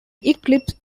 eclipse